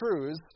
truths